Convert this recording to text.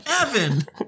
evan